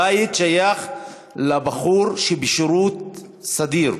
הבית שייך לבחור שבשירות סדיר,